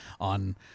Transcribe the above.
on